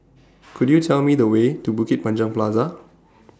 Could YOU Tell Me The Way to Bukit Panjang Plaza